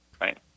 right